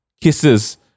Kisses